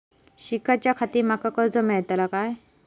शिकाच्याखाती माका कर्ज मेलतळा काय?